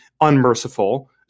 unmerciful